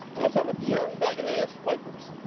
what's up with the faggot ass wipers?